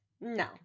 No